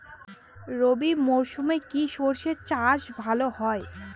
রবি মরশুমে কি সর্ষে চাষ ভালো হয়?